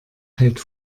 hält